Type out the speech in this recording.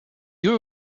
you